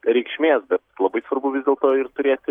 reikšmės bet labai svarbu vis dėl to ir turėti